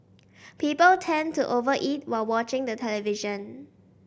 people tend to over eat while watching the television